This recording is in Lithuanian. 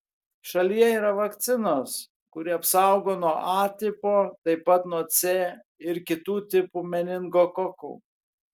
šalyje yra vakcinos kuri apsaugo nuo a tipo taip pat nuo c ir kitų tipų meningokokų